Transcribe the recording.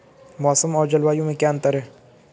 मौसम और जलवायु में क्या अंतर?